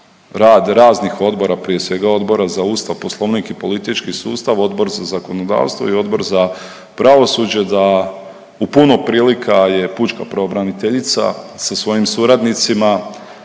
rad raznih odbora prije svega Odbora za Ustav, Poslovnik i politički sustav, Odbor za zakonodavstvo i Odbor za pravosuđe da u puno prilika je pučka pravobranitelja sa svojim suradnicima